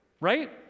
right